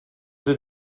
did